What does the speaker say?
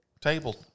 table